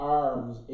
arms